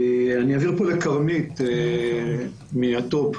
אני אעביר לכרמית מהטו"פ,